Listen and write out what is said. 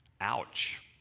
Ouch